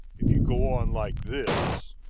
if you go on like this.